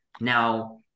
now